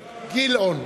גילאון.